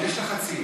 ויש לחצים,